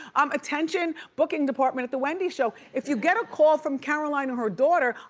um attention, booking department at the wendy show if you get a call from caroline or her daughter,